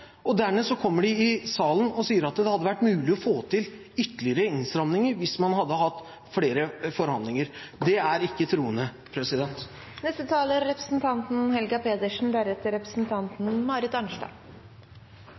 kommer de i salen og sier at det hadde vært mulig å få til ytterligere innstramninger hvis man hadde hatt flere forhandlinger. Det står ikke